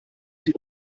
sie